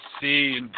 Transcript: see